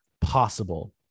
possible